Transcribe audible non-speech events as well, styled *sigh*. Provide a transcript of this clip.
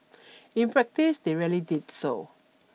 *noise* in practice they rarely did so